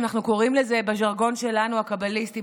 אנחנו קוראים לזה בז'רגון שלנו "הקבליסטים",